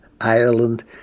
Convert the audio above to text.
Ireland